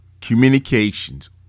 communications